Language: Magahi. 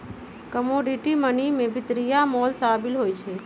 कमोडिटी मनी में भितरिया मोल सामिल होइ छइ